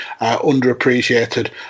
underappreciated